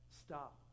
Stop